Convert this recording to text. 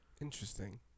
Interesting